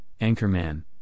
Anchorman